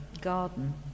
garden